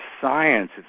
science